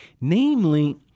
namely